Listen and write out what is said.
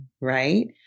Right